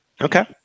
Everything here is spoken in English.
Okay